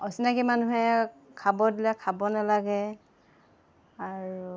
অচিনাকি মানুহে খাব দিলে খাব নেলাগে আৰু